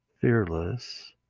fearless